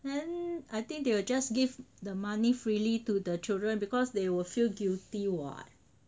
then I think they will just give the money freely to the children because they will feel guilty [what]